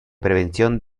prevención